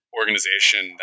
organization